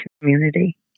community